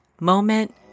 moment